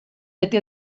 dydy